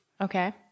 Okay